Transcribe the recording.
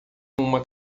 uma